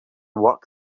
work